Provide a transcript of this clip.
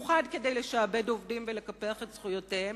לתאר צורות של שעבוד עובדים וקיפוח זכויותיהם,